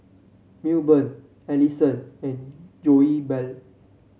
Milburn Ellison and Goebel